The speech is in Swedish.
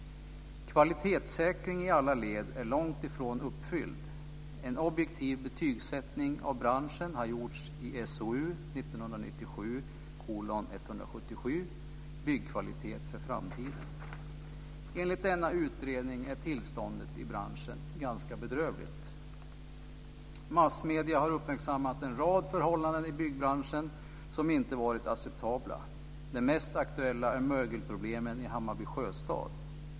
Kvalitetssäkring i alla led är långt ifrån uppfylld. En objektiv betygssättning av branschen har gjorts i SOU 1997:177, Byggkvalitet för framtiden. Enligt denna utredning är tillståndet i branschen ganska bedrövligt. Massmedierna har uppmärksammat en rad förhållanden i byggbranschen som inte varit acceptabla. De mest aktuella är mögelproblemen i Hammarby sjöstad.